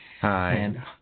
Hi